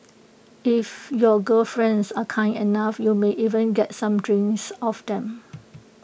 if your gal friends are kind enough you may even get some drinks off them